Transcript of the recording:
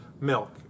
milk